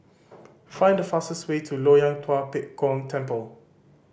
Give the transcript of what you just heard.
find the fastest way to Loyang Tua Pek Kong Temple